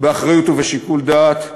באחריות ובשיקול דעת,